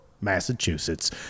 Massachusetts